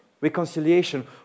reconciliation